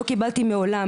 לא קיבלתי מעולם,